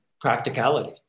practicality